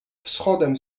wschodem